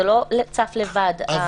זה לא צף לבד הסעיף הזה,